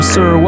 Sir